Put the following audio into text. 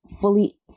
fully